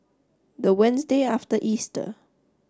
the Wednesday after Easter